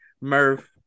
Murph